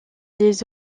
les